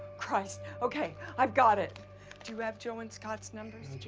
christ, okay, i've got it. do you have joe and scott's numbers?